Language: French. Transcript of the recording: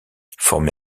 formé